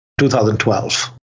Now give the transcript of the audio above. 2012